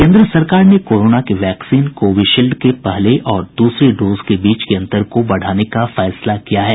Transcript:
केन्द्र सरकार ने कोरोना के वैक्सीन कोविशील्ड के पहले और दूसरे डोज के बीच के अन्तर को बढ़ाने का फैसला किया है